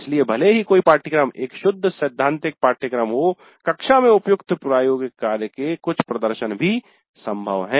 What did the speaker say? इसलिए भले ही कोई पाठ्यक्रम एक शुद्ध सैद्धांतिक पाठ्यक्रम हो कक्षा में उपयुक्त प्रायोगिक कार्यों के कुछ प्रदर्शन भी संभव हैं